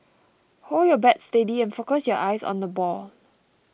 hold your bat steady and focus your eyes on the ball